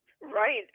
right